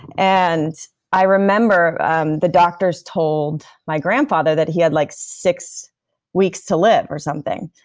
and i remember um the doctors told my grandfather that he had like six weeks to live or something,